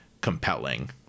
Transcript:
compelling